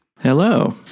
Hello